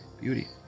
beauty